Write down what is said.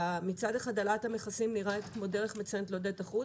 שמצד אחד העלאת המכסים נראית כמו דרך מצוינת לעודד איכות,